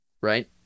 right